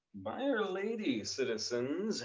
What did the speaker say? by'r lady, citizens